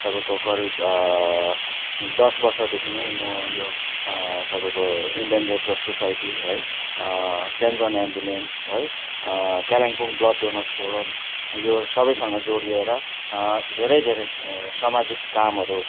तपाईँको करिब दस वर्षदेखि नै म यो तपाईँको इन्डियन रेड क्रस सोसाइटी है सेन्ट जोन्स अम्बुलेन्स है कालिम्पोङ ब्लड डोनर्स फोरम यो सबैसँग जोड़िएर धेरै धेरै सामाजिक कामहरू